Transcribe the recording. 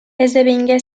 esdevingué